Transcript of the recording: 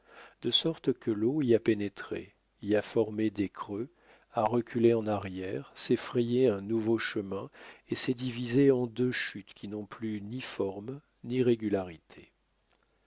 de sorte que l'eau y a pénétré y a formé des creux a reculé en arrière s'est frayé un nouveau chemin et s'est divisée en deux chutes qui n'ont plus ni forme ni régularité